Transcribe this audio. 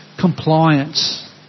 compliance